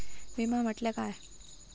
विमा म्हटल्या काय?